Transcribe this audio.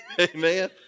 Amen